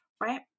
right